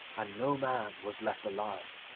and no man was left alive.